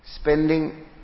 spending